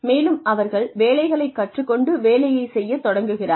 மேலும் அவர்கள் வேலைகளை கற்றுக் கொண்டு வேலையைச் செய்யத் தொடங்குகிறார்கள்